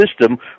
system